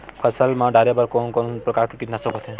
फसल मा डारेबर कोन कौन प्रकार के कीटनाशक होथे?